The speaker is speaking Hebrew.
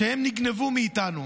שנגנבו מאיתנו.